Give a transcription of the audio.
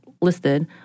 listed